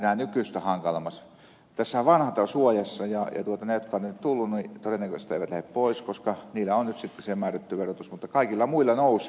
tässähän vanhat ovat suojassa ja ne jotka ovat tänne tulleet todennäköisesti eivät lähde pois koska heillä on nyt sitten se määrätty verotus mutta kaikilla muilla nousee